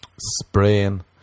Spraying